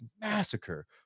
massacre